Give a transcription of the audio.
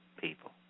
people